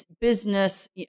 business